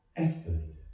escalate